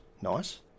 nice